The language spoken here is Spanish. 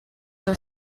los